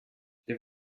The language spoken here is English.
there